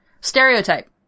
Stereotype